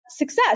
Success